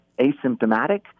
asymptomatic